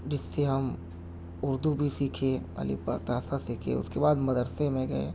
جس سے ہم اردو بھی سیکھے ا ب ت ث سیکھے اس کے بعد مدرسے میں گئے